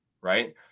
right